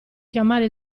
chiamare